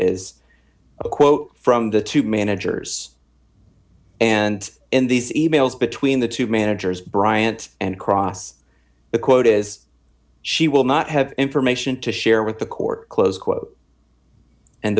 is a quote from the two managers and in these emails between the two managers bryant and cross the quote is she will not have information to share with the court close quote and